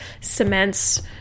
cements